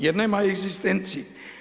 Jer nema egzistencije.